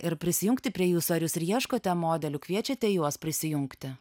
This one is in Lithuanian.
ir prisijungti prie jūsų ar jūs ir ieškote modelių kviečiate juos prisijungti